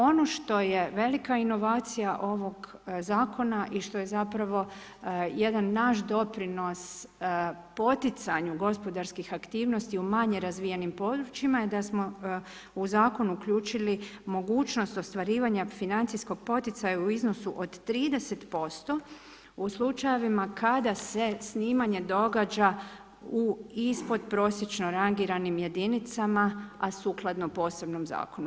Ono što je velika inovacija ovog zakona i što je zapravo jedan naš doprinos poticanju gospodarskih aktivnosti u manje razvijenim područjima je da smo u zakon uključili mogućnost ostvarivanja financijskog poticaja u iznosu od 30% u slučajevima kada se snimanje događa u ispod prosječno rangiranim jedinicama a sukladno posebnom zakonu.